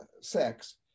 sex